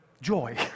joy